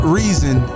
reason